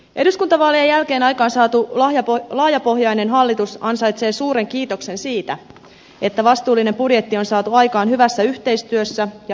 eduskuntavaalien jälkeen aikaansaatu laajapohjainen hallitus ansaitsee suuren kiitoksen siitä että vastuullinen budjetti on saatu aikaan hyvässä yhteistyössä ja yhteisymmärryksessä